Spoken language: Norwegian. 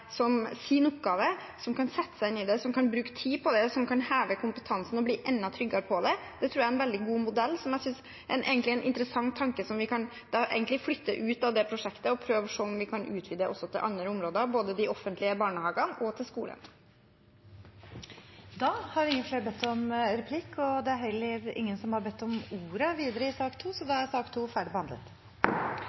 som kan bruke tid på det, og som kan heve kompetansen og bli enda tryggere på det. Det tror jeg er en veldig god modell, som jeg synes er en interessant tanke som vi egentlig kan flytte ut av det prosjektet og prøve å se om vi kan utvide også til andre områder, både til de offentlige barnehagene og til skolen. Replikkordskiftet er omme. Flere har ikke bedt om ordet til sak nr. 2. Etter ønske fra utdannings- og forskningskomiteen vil presidenten ordne debatten slik: 3 minutter til hver partigruppe og 3 minutter til medlemmer av regjeringen. Videre